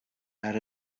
had